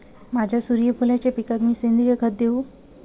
माझ्या सूर्यफुलाच्या पिकाक मी सेंद्रिय खत देवू?